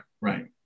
right